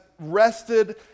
rested